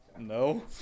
No